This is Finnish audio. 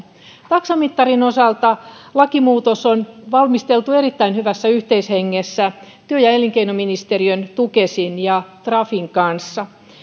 taksamittarin osalta lakimuutos on valmisteltu erittäin hyvässä yhteishengessä työ ja elinkeinoministeriön tukesin ja trafin kanssa